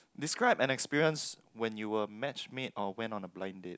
describe an experience when you were matched mate or went on a blind date